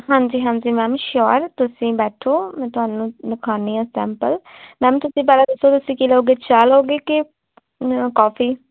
ਹਾਂਜੀ ਹਾਂਜੀ ma'am sure ਤੁਸੀਂ ਬੈਠੋ ਮੈਂ ਤੁਹਾਨੂੰ ਵਿਖਾਨੀ ਹਾਂ ਸੈਂਪਲ ਮੈਮ ਤੁਸੀਂ ਪਹਿਲਾਂ ਦੱਸੋ ਤੁਸੀਂ ਕੀ ਲਓਗੇ ਚਾਹ ਲਓਗੇ ਕਿ ਕੋਫੀ